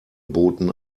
boten